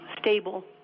stable